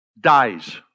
dies